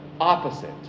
opposite